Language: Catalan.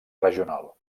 regional